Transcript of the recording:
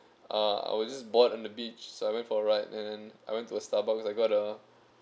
uh I was just bored on the beach so I went for a ride and I went to a Starbucks I got the